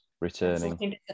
returning